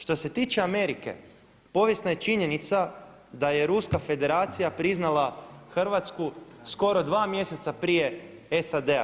Što se tiče Amerike povijesna je činjenica da je ruska federacija priznala Hrvatsku skoro 2 mjeseca prije SAD-a.